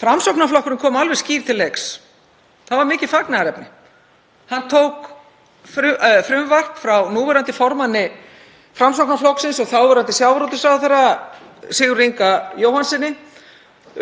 Framsóknarflokkurinn kom alveg skýr til leiks. Það var mikið fagnaðarefni. Hann tók frumvarp frá núverandi formanni Framsóknarflokksins og þáverandi sjávarútvegsráðherra, Sigurði Inga Jóhannssyni,